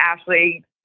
Ashley